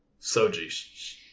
Soji